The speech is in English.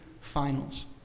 finals